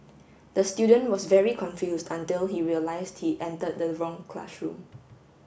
the student was very confused until he realised he entered the wrong classroom